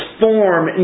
form